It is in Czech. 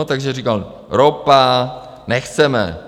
Takže říkal: Ropa, nechceme.